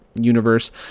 universe